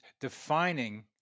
defining